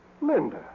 Linda